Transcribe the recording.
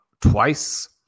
twice